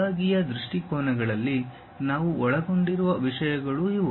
ವಿಭಾಗೀಯ ದೃಷ್ಟಿಕೋನಗಳಲ್ಲಿ ನಾವು ಒಳಗೊಂಡಿರುವ ವಿಷಯಗಳು ಇವು